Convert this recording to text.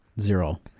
Zero